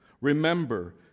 remember